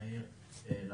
שנייה ושלישית.